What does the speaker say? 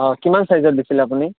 অঁ কিমান ছাইজৰ দিছিলে আপুনি